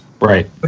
Right